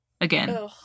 Again